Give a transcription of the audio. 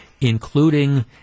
including